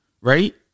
Right